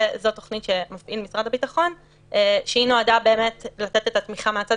זו תוכנית עם משרד הביטחון שהיא נועדה באמת לתת את התמיכה מהצד